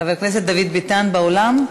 חבר הכנסת דוד ביטן באולם?